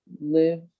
live